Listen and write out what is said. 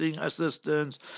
assistance